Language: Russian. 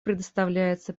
предоставляется